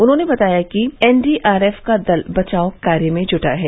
उन्होंने बताया कि एनडीआरएफ का दल बचाव कार्य में जुटा है